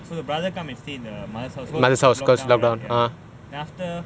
so the brother come and stay in the mother's house because lock down then after